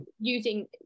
using